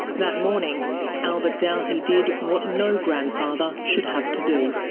that morning albert doughty did what no grandfather should have to do.